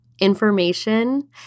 information